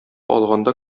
алганда